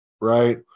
right